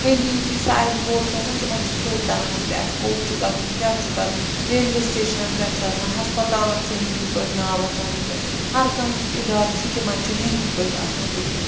ہِندی یتھُے sign board چھُ آسان تِمَن چھُ سیوٚد تَران فِکر اَسہِ کوٚت چھُ گژھُن کیٛاہ چھُ کَرُن ریلوے سِٹیٚشنَن پٮ۪ٹھ چھُ آسان ہَسپَتالَن چھُ ہِندی پٲٹھۍ ناو وَسان لیٚکھِتھ ہر کانٛہہ یُس اِدارٕ چھُ تِمَن چھُ ہِندی پٲٹھۍ آسان لیٚکھِتھ